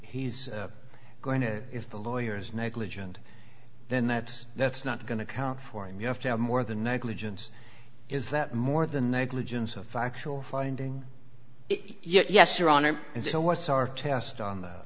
he's going to if the lawyers negligent then that's that's not going to count for him you have to have more than negligence is that more than negligence of factual finding yes your honor and so what's our task on th